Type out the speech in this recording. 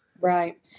Right